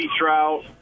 trout